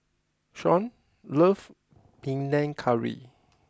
Shaun loves Panang Curry